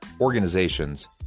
organizations